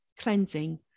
cleansing